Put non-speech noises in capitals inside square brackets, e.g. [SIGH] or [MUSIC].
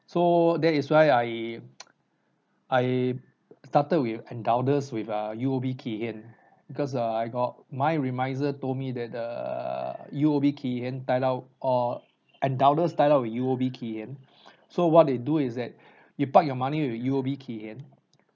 so that is why I [NOISE] I started with endowus with uh U_O_B Kay Hian because err I got mine remisier told me that the U_O_B Kay Hian tied up uh endowus tied up with U_O_B Kay Hian [BREATH] so what they do is that [BREATH] you park your money with U_O_B Kay Hian